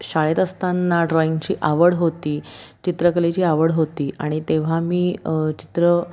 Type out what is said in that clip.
शाळेत असताना ड्रॉईंगची आवड होती चित्रकलेची आवड होती आणि तेव्हा मी चित्र